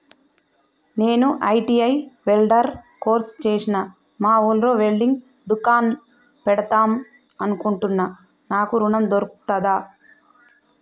నేను ITI welder course చేశ్న మా ఊర్లో వెల్డింగ్ దుకాన్ పెడదాం అనుకుంటున్నా నాకు ఋణం దొర్కుతదా?